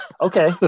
Okay